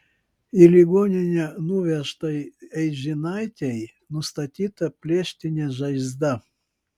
į ligoninę nuvežtai eižinaitei nustatyta plėštinė žaizda